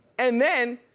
and then,